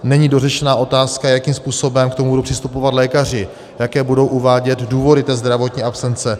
Není dořešena otázka, jakým způsobem k tomu budou přistupovat lékaři, jaké budou uvádět důvody té zdravotní absence.